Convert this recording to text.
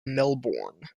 melbourne